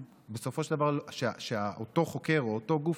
ובסופו של דבר אותו חוקר או אותו גוף